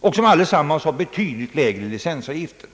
och som alla har betydligt lägre licensavgifter.